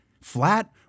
flat